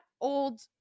old